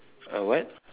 a what